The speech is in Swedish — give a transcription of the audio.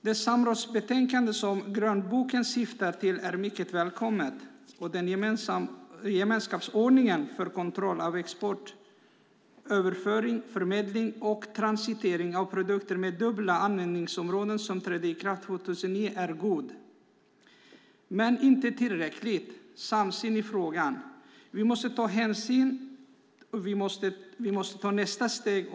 Det samrådsbetänkande som grönboken syftar till är mycket välkommet, och den gemenskapsordning för kontroll av export, överföring, förmedling och transitering av produkter med dubbla användningsområden som trädde i kraft år 2009 innebär en god men inte tillräcklig samsyn i frågan. Nu måste vi ta nästa steg.